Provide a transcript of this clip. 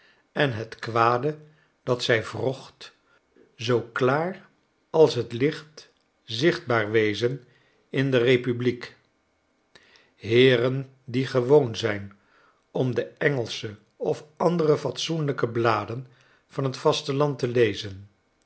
en het kwade dat zij wrocht zoo klaar als het licht zichtbaar wezen in de republiek heeren die gewoon zijn om de engelsche of andere fatsoenlijke bladen van t vasteland te lezen